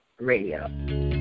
Radio